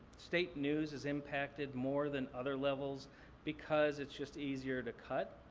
state news is impacted more than other levels because it's just easier to cut.